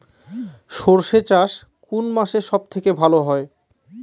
সর্ষে চাষ কোন মাসে সব থেকে ভালো হয়?